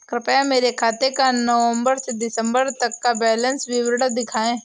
कृपया मेरे खाते का नवम्बर से दिसम्बर तक का बैंक विवरण दिखाएं?